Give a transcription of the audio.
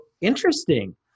interesting